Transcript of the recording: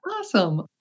Awesome